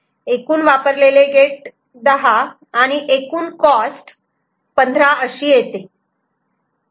एकूण वापरलेले गेट 10 आणि एकूण कॉस्ट 15 अशी येते